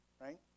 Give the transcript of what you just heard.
right